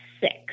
six